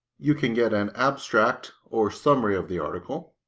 you can get an abstract or summary of the article.